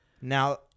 Now